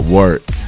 work